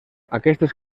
aquestes